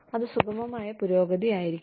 അത് സുഗമമായ പുരോഗതി ആയിരിക്കണം